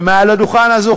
ומעל הדוכן הזה,